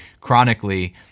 chronically